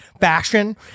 fashion